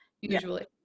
Usually